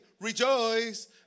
Rejoice